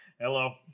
Hello